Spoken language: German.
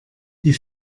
die